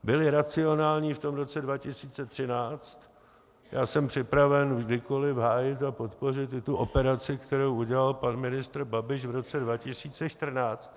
Byly racionální v tom roce 2013, já jsem připraven kdykoliv hájit a podpořit i tu operaci, kterou udělal pan ministr Babiš v roce 2014.